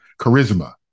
charisma